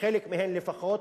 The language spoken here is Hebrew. בחלק מהן לפחות,